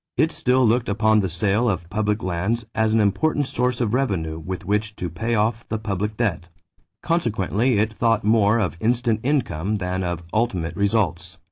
it still looked upon the sale of public lands as an important source of revenue with which to pay off the public debt consequently it thought more of instant income than of ultimate results.